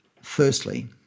Firstly